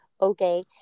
okay